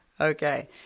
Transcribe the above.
Okay